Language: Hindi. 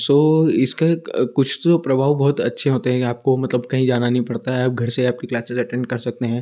सो इसके कुछ तो प्रभाव बहुत अच्छे होते हैं आपको मतलब कहीं जाना नहीं पड़ता है अब घर से आपकी क्लाचेज एटेण्ड कर सकते हें